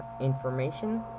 information